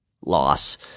loss